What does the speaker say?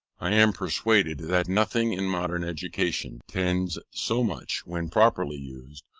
i am persuaded that nothing, in modern education, tends so much, when properly used,